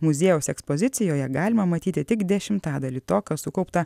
muziejaus ekspozicijoje galima matyti tik dešimtadalį to kas sukaupta